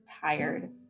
tired